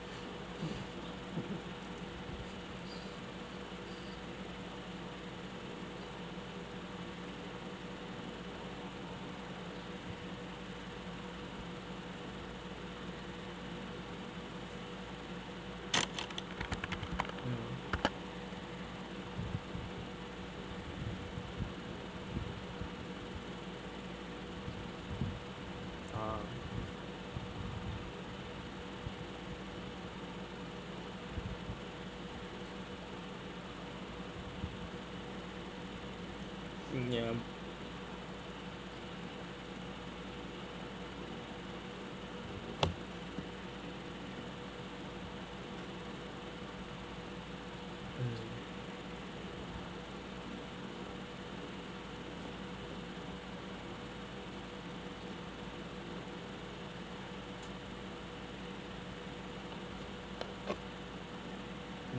ah mm ya